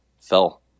fell